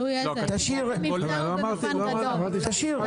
--- כתוב באופן בולט.